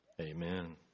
Amen